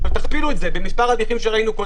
תכפילו במספר התיקים שראינו,